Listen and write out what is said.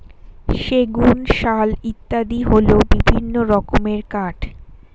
সেগুন, শাল ইত্যাদি হল বিভিন্ন রকমের কাঠ